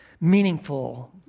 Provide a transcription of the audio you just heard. meaningful